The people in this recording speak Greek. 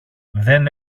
δεν